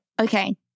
Okay